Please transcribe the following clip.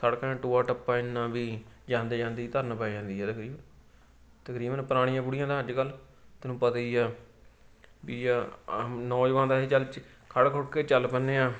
ਸੜਕਾਂ 'ਤੇ ਟੋਆ ਟੱਪਾ ਇੰਨਾ ਵੀ ਜਾਂਦੇ ਜਾਂਦੇ ਹੀ ਧਰਨ ਪੈ ਜਾਂਦੀ ਤਕਰੀਬਨ ਪੁਰਾਣੀਆਂ ਬੁੜੀਆਂ ਤਾਂ ਅੱਜ ਕੱਲ੍ਹ ਤੁਹਾਨੂੰ ਪਤਾ ਹੀ ਆ ਵੀ ਆ ਨੌਜਵਾਨ ਤਾਂ ਐਂ ਚਲ ਚ ਖੜ੍ਹ ਖੁੜ੍ਹ ਕੇ ਚੱਲ ਪੈਂਦੇ ਆ